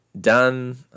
done